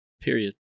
Period